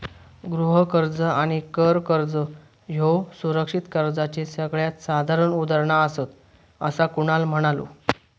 गृह कर्ज आणि कर कर्ज ह्ये सुरक्षित कर्जाचे सगळ्यात साधारण उदाहरणा आसात, असा कुणाल म्हणालो